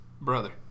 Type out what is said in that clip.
Brother